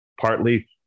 partly